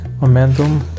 momentum